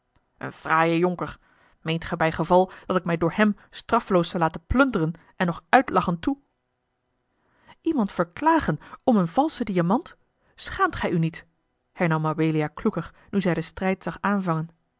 een fraaie jonker meent gij bij geval dat ik mij door hem straffeloos zal laten plunderen en nog uitlachen toe iemand verklagen om een valsche diamant schaamt gij u niet hernam mabelia kloeker nu zij den strijd zag aanvangen